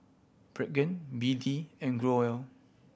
Pregain B D and Growell